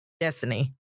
destiny